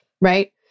right